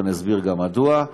ואני אסביר גם מדוע.